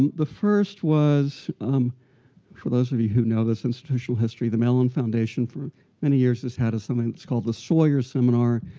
the first was for those of you who know this institutional history the mellon foundation, for many years, has had something called the sawyer seminar.